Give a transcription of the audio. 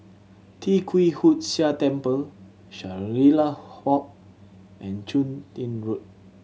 Tee Kwee Hood Sia Temple Shangri La Walk and Chun Tin Road